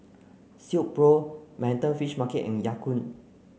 Silkpro Manhattan Fish Market and Ya Kun